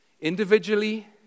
individually